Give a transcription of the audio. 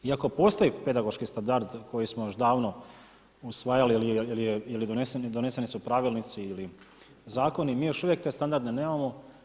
Iako postoje pedagoški standardi koje smo još davno usvajali jer doneseni su pravilnici ili zakoni, mi još uvijek te standarde nemamo.